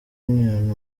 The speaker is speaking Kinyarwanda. union